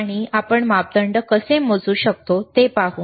आणि आपण मापदंड कसे मोजू शकतो ते पाहू